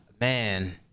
man